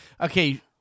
Okay